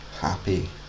happy